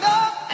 up